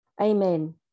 Amen